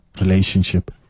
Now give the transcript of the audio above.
relationship